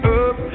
up